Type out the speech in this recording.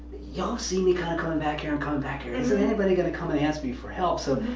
y'all see me kind of coming back here and coming back here. isn't anybody gonna come and ask me for help? so,